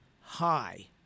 high